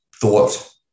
thought